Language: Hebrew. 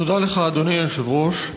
תודה לך, אדוני היושב-ראש.